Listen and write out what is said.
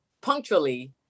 punctually